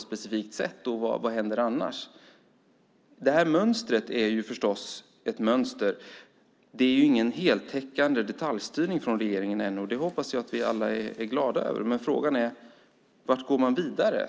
specifikt sätt. Man kan undra vad som annars händer. Det här mönstret är förstås just ett mönster. Det finns ännu ingen heltäckande detaljstyrning från regeringen. Det hoppas jag att vi alla är glada över. Men frågan är varthän man går.